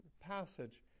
passage